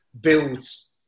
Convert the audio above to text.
builds